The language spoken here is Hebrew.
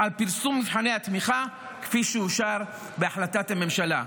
על פרסום מבחני התמיכה כפי שאושרו בהחלטת הממשלה.